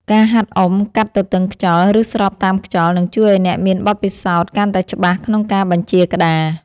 ការហាត់អុំកាត់ទទឹងខ្យល់ ឬស្របតាមខ្យល់ នឹងជួយឱ្យអ្នកមានបទពិសោធន៍កាន់តែច្បាស់ក្នុងការបញ្ជាក្តារ។